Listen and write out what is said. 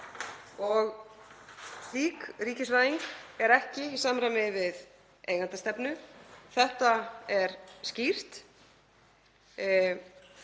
Slík ríkisvæðing er ekki í samræmi við eigendastefnu. Það er skýrt.